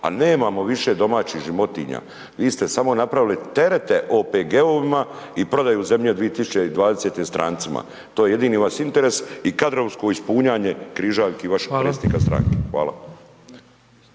A nemamo više domaćih životinja. Vi ste samo napravili terete OPG-ovima i prodaju zemlje 2020. strancima. To je jedini vaš interes i kadrovsko ispunjanje križaljki vašeg predsjednika stranke.